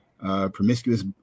promiscuous